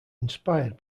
inspired